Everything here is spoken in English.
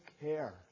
care